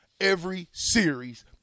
every-series